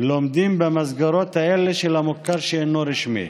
לומדים במסגרות האלה של המוכר שאינו רשמי.